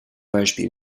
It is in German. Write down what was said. beispiel